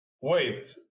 wait